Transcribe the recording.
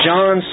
John